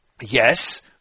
Yes